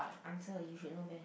answer you should know best